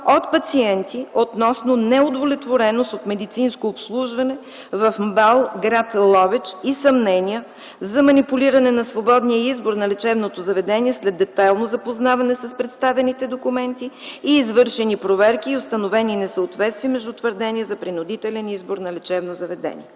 от пациенти относно неудовлетвореност от медицинско обслужване в МБАЛ – гр. Ловеч, и съмнения за манипулиране на свободния избор на лечебното заведение след детайлно запознаване с представените документи и извършени проверки, и установени несъответствия между твърдения за принудителен избор на лечебно заведение.